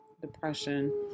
depression